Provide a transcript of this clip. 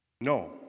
No